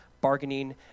bargaining